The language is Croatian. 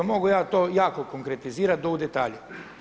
Mogu ja to jako konkretizirati do u detalje.